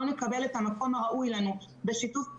נקבל את המקום הראוי לנו בשיתוף פעולה,